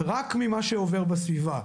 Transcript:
רק ממה שעובר בסביבה.